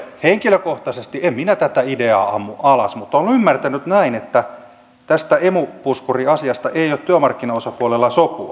henkilökohtaisesti en minä tätä ideaa ammu alas mutta olen ymmärtänyt näin että tästä emu puskuriasiasta ei ole työmarkkinaosapuolella sopua